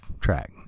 track